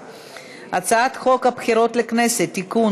ההצעה להעביר את הצעת חוק הבחירות לכנסת (תיקון,